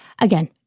Again